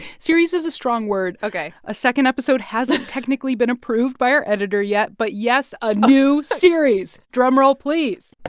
series is a strong word ok a second episode hasn't technically been approved by our editor yet, but, yes, a new series. drum roll please